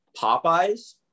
Popeyes